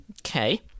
Okay